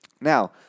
now